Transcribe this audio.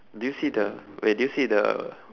do you see the wait do you see the